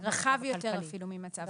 אפילו יותר רחב ממצב כלכלי.